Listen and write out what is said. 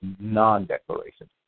non-declarations